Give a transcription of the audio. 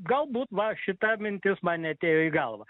galbūt va šita mintis man neatėjo į galvą